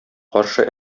каршы